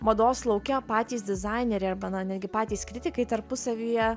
mados lauke patys dizaineriai arba na netgi patys kritikai tarpusavyje